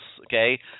okay